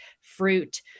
fruit